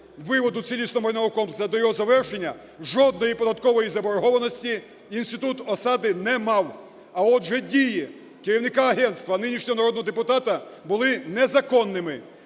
виводу цілісного майнового комплексу до його завершення жодної податкової заборгованості інститут Осади не мав. А, отже, дії керівника агентства, а нинішнього народного депутата були незаконними,